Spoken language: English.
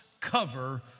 cover